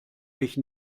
mich